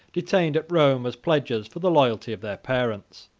detained at rome as pledges for the loyalty of their parents.